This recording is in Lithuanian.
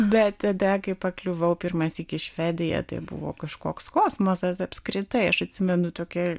bet tada kai pakliuvau pirmąsyk į švediją tai buvo kažkoks kosmosas apskritai aš atsimenu tokie